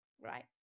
Right